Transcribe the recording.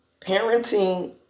parenting